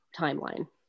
timeline